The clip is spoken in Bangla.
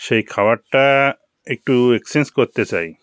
সেই খাবারটা একটু এক্সচেঞ্জ করতে চাই